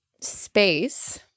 space